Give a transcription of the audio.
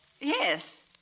Yes